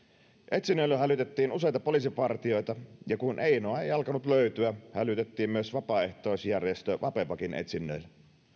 etsinnöille hälytettiin useita poliisipartioita ja kun einoa ei alkanut löytyä hälytettiin myös vapaaehtoisjärjestö vapepa etsinnöille